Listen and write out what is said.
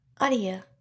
Audio